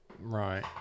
Right